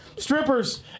strippers